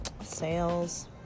sales